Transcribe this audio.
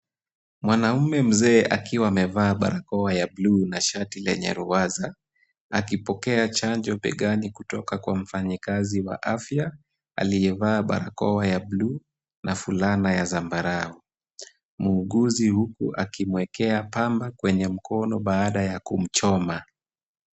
Mwanamume mzee akiwa amevaa barakoa ya buluu na shati lenye ruwaza akipokea chanjo begani kutoka kwa mfanyikazi wa afya aliyevaa barakoa ya buluu na fulana ya zambarau .Muuguzi huku akimwekea pamba kwenye mkono baada ya kumchoma.